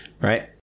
right